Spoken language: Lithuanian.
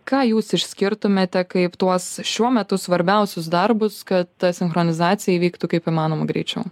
ką jūs išskirtumėte kaip tuos šiuo metu svarbiausius darbus kad ta sinchronizacija įvyktų kaip įmanoma greičiau